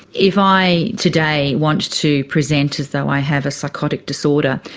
if i today want to present as though i have a psychotic disorder,